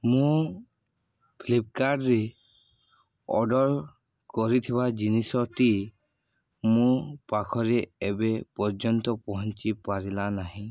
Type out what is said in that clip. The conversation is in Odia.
ମୁଁ ଫ୍ଲିପ୍କାର୍ଟ୍ରେ ଅର୍ଡ଼ର୍ କରିଥିବା ଜିନିଷଟି ମୋ ପାଖରେ ଏବେ ପର୍ଯ୍ୟନ୍ତ ପହଞ୍ଚି ପାରିଲା ନାହିଁ